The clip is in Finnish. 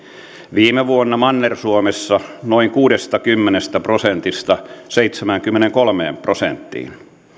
viime vuonna manner suomessa noin kuudestakymmenestä prosentista seitsemäänkymmeneenkolmeen prosenttiin